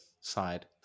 side